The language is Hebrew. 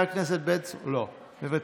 מוותר.